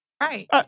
Right